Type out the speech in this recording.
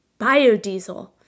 biodiesel